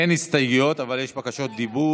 אין הסתייגויות אבל יש בקשות דיבור.